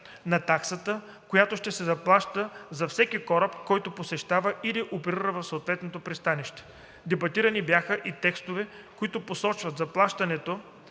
на таксата, която ще се заплаща за всеки кораб, който посещава или оперира в съответното пристанище. Дебатирани бяха и текстовете, които посочват заплащането